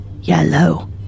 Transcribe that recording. yellow